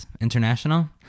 International